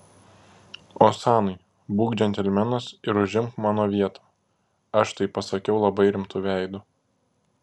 osanai būk džentelmenas ir užimk mano vietą aš tai pasakiau labai rimtu veidu